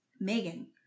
Megan